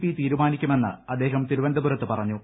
P തീരുമാനിക്കുമെന്ന് അദ്ദേഹം തിരുവനന്തപുരത്ത് പറഞ്ഞു